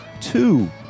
Two